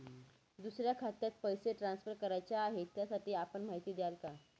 दुसऱ्या खात्यात पैसे ट्रान्सफर करायचे आहेत, त्यासाठी आपण माहिती द्याल का?